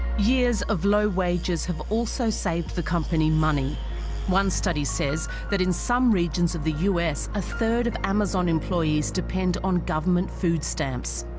years of low wages have also saved the company money one study says that in some regions of the u s a third of amazon employees depend on government food stamps